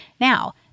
Now